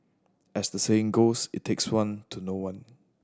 as the saying goes it takes one to know one